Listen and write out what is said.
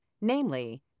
namely